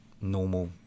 normal